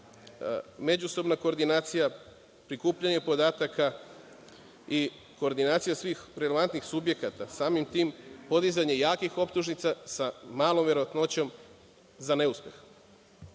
međusobna koordinacija, prikupljanje podataka i koordinacija svih relevantnih subjekata, samim tim podizanje jakih optužnica sa malom verovatnoćom za neuspeh. Mi